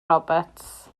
roberts